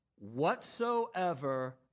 whatsoever